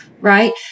right